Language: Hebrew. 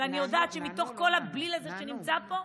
אלא בתוך כל הבליל הזה שנמצא פה,